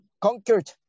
conquered